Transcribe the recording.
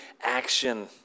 action